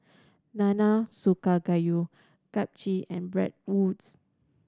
Nanakusa Gayu and Bratwurst